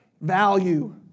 value